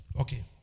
Okay